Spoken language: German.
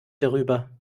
darüber